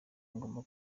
ngomba